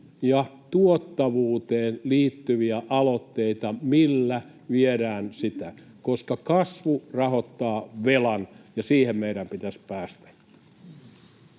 ja tuottavuuteen liittyviä aloitteita, millä viedään sitä, koska kasvu rahoittaa velan, ja siihen meidän pitäisi päästä.